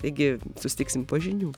taigi susitiksim po žinių